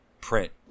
print